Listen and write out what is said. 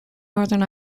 northern